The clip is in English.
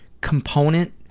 component